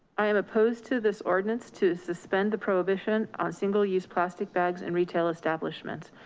i am opposed to this ordinance to suspend the prohibition on single use plastic bags in retail establishments.